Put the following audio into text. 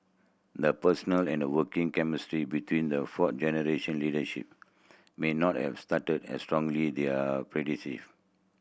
the personal and working chemistry between the fourth generation leader may not have started as strongly their